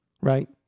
right